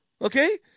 Okay